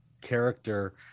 character